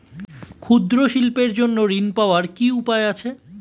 ক্ষুদ্র শিল্পের জন্য ঋণ পাওয়ার কি উপায় আছে?